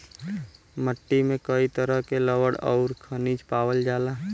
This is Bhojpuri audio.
मट्टी में कई तरह के लवण आउर खनिज पावल जाला